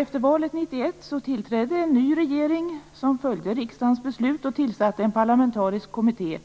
Efter valet 1991 tillträdde en ny regering som följde riksdagens beslut och tillsatte en parlamentarisk kommitté